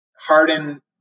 Harden